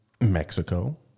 Mexico